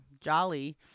Jolly